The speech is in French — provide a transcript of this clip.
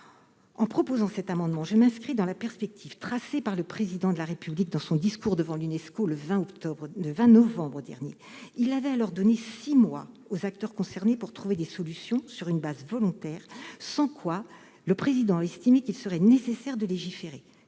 En proposant cet amendement, je m'inscris dans la perspective tracée par le Président de la République dans son discours devant l'Unesco du 20 novembre dernier : il avait alors donné six mois aux acteurs concernés pour trouver des solutions sur une base volontaire, sans quoi il avait estimé qu'il serait nécessaire de légiférer.